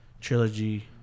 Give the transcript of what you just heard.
trilogy